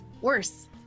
Worse